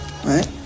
Right